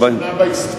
פעם ראשונה בהיסטוריה.